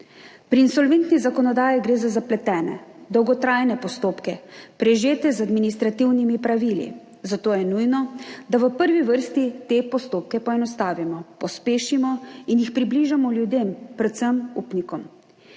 Pri insolventni zakonodaji gre za zapletene, dolgotrajne postopke, prežete z administrativnimi pravili. Zato je nujno, da v prvi vrsti te postopke poenostavimo, pospešimo in jih približamo ljudem, predvsem upnikom.